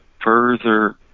further